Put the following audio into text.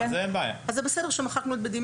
אם כן, זה בסדר שמחקנו את "בדימוס".